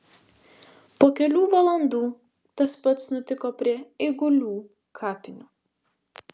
po kelių valandų tas pats nutiko prie eigulių kapinių